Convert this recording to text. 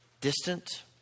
distant